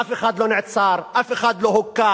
אף אחד לא נעצר, אף אחד לא הוכה,